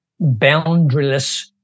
boundaryless